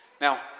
Now